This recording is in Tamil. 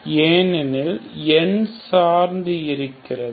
ஏனெனில் இது n சார்ந்து இருக்கிறது